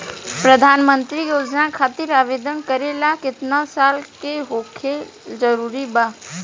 प्रधानमंत्री योजना खातिर आवेदन करे ला केतना साल क होखल जरूरी बा?